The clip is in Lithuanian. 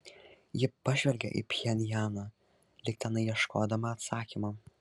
ji pažvelgė į pchenjaną lyg tenai ieškodama atsakymo